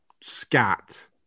scat